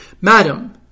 Madam